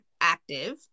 active